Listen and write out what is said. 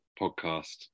podcast